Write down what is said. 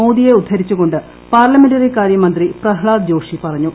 മോദിയെ ഉദ്ധരിച്ചു കൊണ്ട് പാർലമെന്ററികാര്യ മന്ത്രി പ്രഹ്താദ് ജോഷി പറഞ്ഞു